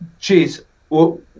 Jeez